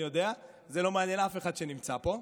אני יודע, זה לא מעניין אף אחד שנמצא פה.